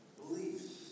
beliefs